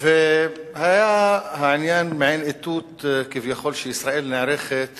והיה העניין מעין איתות כביכול שישראל נערכת